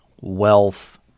wealth